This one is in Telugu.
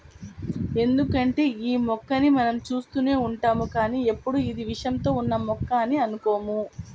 ఎందుకంటే యీ మొక్కని మనం చూస్తూనే ఉంటాం కానీ ఎప్పుడూ ఇది విషంతో ఉన్న మొక్క అని అనుకోము